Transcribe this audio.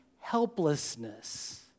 helplessness